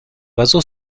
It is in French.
oiseau